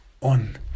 on